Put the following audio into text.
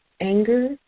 anger